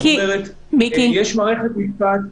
יש מערכת משפט,